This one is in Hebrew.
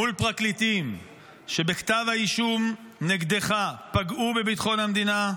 מול פרקליטים שבכתב האישום נגדך פגעו בביטחון המדינה,